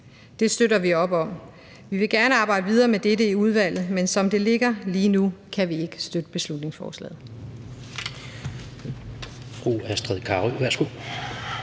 Det støtter vi op om, og vi vil gerne arbejde videre med dette i udvalget. Men som det ligger lige nu, kan vi ikke støtte beslutningsforslaget.